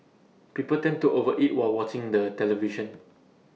people tend to over eat while watching the television